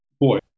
Boy